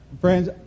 Friends